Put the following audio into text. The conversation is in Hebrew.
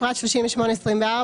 בפרט 38.24,